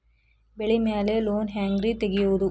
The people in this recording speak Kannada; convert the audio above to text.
ಬೆಳಿ ಮ್ಯಾಲೆ ಲೋನ್ ಹ್ಯಾಂಗ್ ರಿ ತೆಗಿಯೋದ?